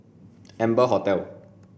Amber Hotel